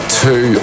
two